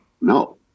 no